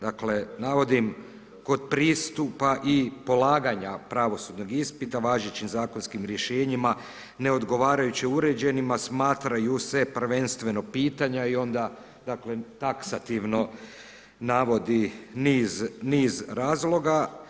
Dakle navodim kod pristupa i polaganja pravosudnog ispita važećim zakonskim rješenjima neodgovarajuće uređenima smatraju se prvenstveno pitanja i onda dakle taksativno navodi niz razloga.